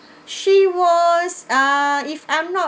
she was ah if I'm not